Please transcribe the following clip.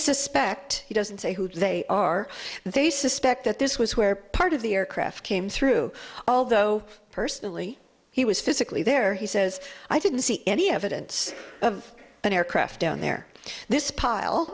suspect he doesn't say who they are they suspect that this was where part of the aircraft came through although personally he was physically there he says i didn't see any evidence of an aircraft down there this pile